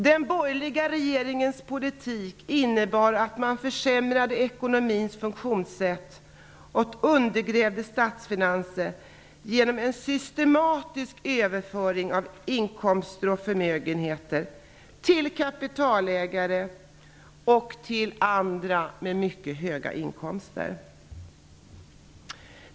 Den borgerliga regeringens politik innebar att ekonomins funktionssätt försämrades och att statsfinanserna undergrävdes genom en systematisk överföring av inkomster och förmögenheter till kapitalägare och andra med mycket höga inkomster.